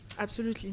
Absolument